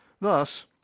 thus